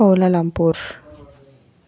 Kuala Lumpur